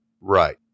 Right